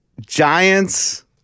Giants